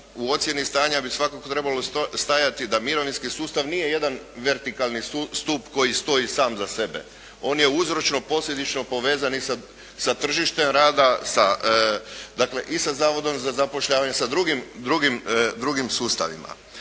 u ocjeni stanja bi svakako trebalo stajati da mirovinski sustav nije jedan vertikalni stup koji stoji sam za sebe. On je uzročno posljedično povezan i sa tržištem rada, dakle i sa Zavodom za zapošljavanje i sa drugim sustavima.